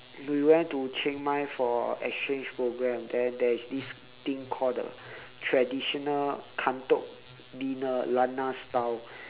we went to chiang mai for exchange programme then there is this thing called the traditional kamtok dinner lanna style